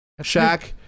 Shaq